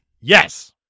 Yes